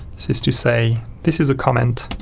this is to say this is a comment,